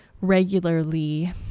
regularly